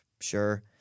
sure